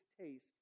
taste